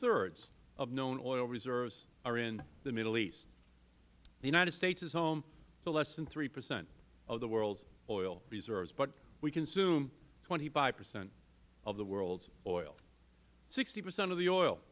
thirds of known oil reserves are in the middle east the united states is home to less than three percent of the world's oil reserves but we consume twenty five percent of the world's oil sixty percent of the oil